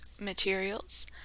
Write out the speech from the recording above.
materials